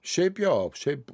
šiaip jo šiaip